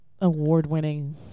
award-winning